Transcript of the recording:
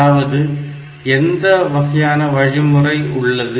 அதாவது எந்த வகையான வழிமுறை உள்ளது